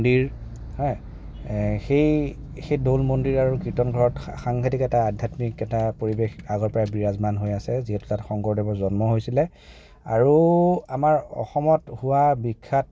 সেই দৌল মন্দিৰ আৰু কীৰ্তনঘৰত সাংঘাটিক এটা আধ্যাত্মিক এটা পৰিৱেশ আগৰপৰাই বিৰাজমান হৈ আছে যিহেতু তাত শংকৰদেৱৰ জন্ম হৈছিলে আৰু আমাৰ অসমত হোৱা বিখ্যাত